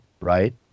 right